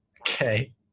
Okay